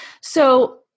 So-